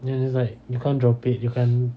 you know it's like you can't drop it you can't